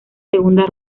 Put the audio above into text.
segunda